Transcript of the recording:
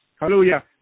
Hallelujah